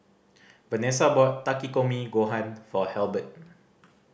Venessa bought Takikomi Gohan for Halbert